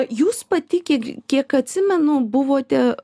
jūs pati kiek kiek atsimenu buvote